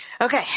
okay